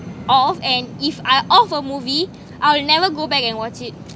off and if I off a movie I'll never go back and watch it